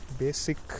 basic